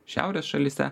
šiaurės šalyse